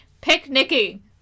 picnicking